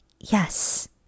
yes